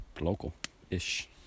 local-ish